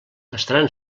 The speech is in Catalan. estaran